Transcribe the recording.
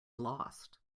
lost